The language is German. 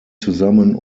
zusammen